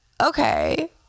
okay